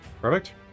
Perfect